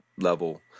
level